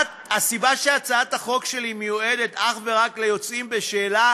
הסיבה שהצעת החוק שלי מיועדת אך ורק ליוצאים בשאלה